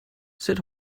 sut